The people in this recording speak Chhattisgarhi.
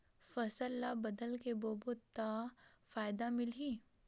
फसल ल बदल के बोबो त फ़ायदा मिलही?